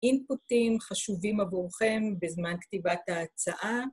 אינפוטים חשובים עבורכם בזמן כתיבת ההצעה.